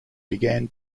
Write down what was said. began